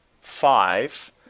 five